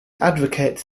advocates